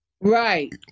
Right